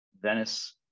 Venice